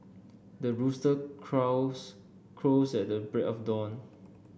the rooster clouds crows at the break of dawn